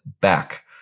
back